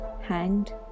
hanged